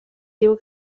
diu